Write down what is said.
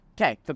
Okay